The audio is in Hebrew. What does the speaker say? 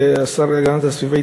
כשר להגנת הסביבה,